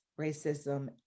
racism